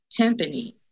timpani